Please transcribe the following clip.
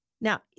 Now